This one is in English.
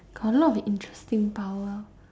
got a lot of interesting power